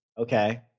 Okay